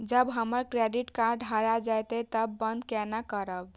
जब हमर credit card हरा जयते तब बंद केना करब?